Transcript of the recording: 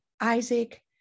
isaac